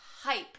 Hype